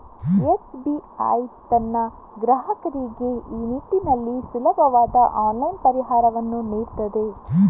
SBI ತನ್ನ ಗ್ರಾಹಕರಿಗೆ ಈ ನಿಟ್ಟಿನಲ್ಲಿ ಸುಲಭವಾದ ಆನ್ಲೈನ್ ಪರಿಹಾರವನ್ನು ನೀಡಿದೆ